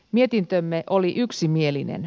mietintömme oli yksimielinen